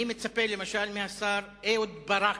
אני מצפה, למשל, מהשר אהוד ברק,